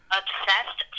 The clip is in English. obsessed